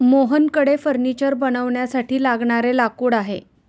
मोहनकडे फर्निचर बनवण्यासाठी लागणारे लाकूड आहे